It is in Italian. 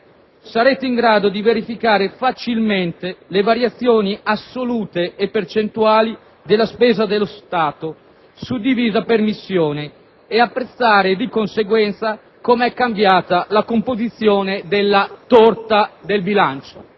sarete in grado di verificare facilmente le variazioni assolute e percentuali della spesa dello Stato suddivisa per missioni ed apprezzare di conseguenza come è cambiata la composizione della torta del bilancio.